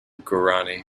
guarani